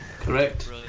Correct